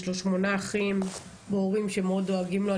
יש לו 8 אחים והורים שמאוד דואגים לו.